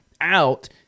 out